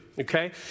okay